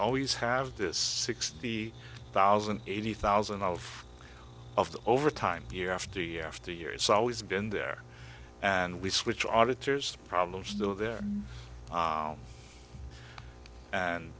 always have this sixty thousand eighty thousand of of the over time year after year after year it's always been there and we switch auditor's problems though there and